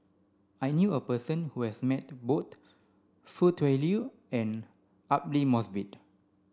I knew a person who has met both Foo Tui Liew and Aidli Mosbit